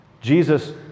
Jesus